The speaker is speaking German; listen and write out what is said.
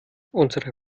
unsere